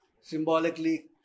Symbolically